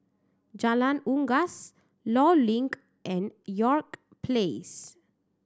Jalan Unggas Law Link and York Place